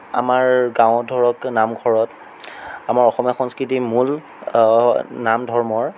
আমাৰ গাঁৱত ধৰক নামঘৰত আমাৰ অসমীয়া সংস্কৃতিৰ মূল নাম ধৰ্মৰ